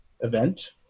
event